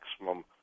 maximum